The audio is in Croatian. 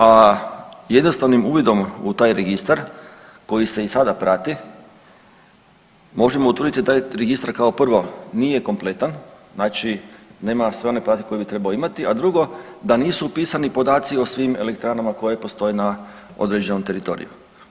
A jednostavnim uvidom u taj registar koji se i sada prati, možemo da taj registar kao prvo nije kompletan, znači nema sve one … koje bi trebao imati, a drugo da nisu upisani podaci o svim elektranama koje postoje na određenom teritoriju.